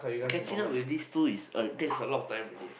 catching up with these two is uh takes a lot of time already eh